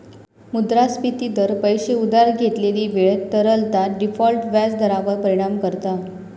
मुद्रास्फिती दर, पैशे उधार घेतलेली वेळ, तरलता, डिफॉल्ट व्याज दरांवर परिणाम करता